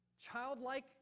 childlike